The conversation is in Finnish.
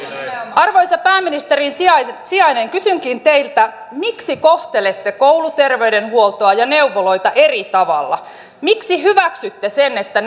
arvoisa pääministerin sijainen kysynkin teiltä miksi kohtelette kouluterveydenhuoltoa ja neuvoloita eri tavalla miksi hyväksytte sen että